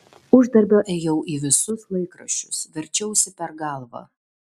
uždarbio ėjau į visus laikraščius verčiausi per galvą